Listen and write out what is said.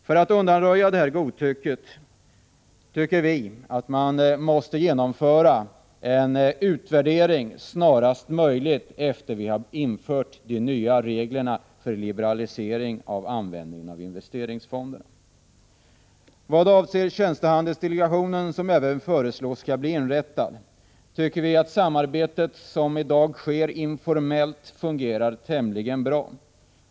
För att undanröja det här godtycket tycker vi att det måste genomföras en utvärdering snarast möjligt efter det att vi har infört dessa nya regler för liberalisering av användningen av investeringsfonder. Vad avser den tjänstehandelsdelegation som föreslås bli inrättad, tycker vi att det samarbete som i dag sker informellt fungerar tämligen bra.